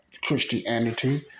Christianity